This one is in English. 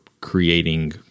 creating